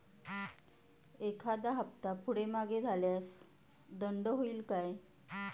एखादा हफ्ता पुढे मागे झाल्यास दंड होईल काय?